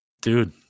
Dude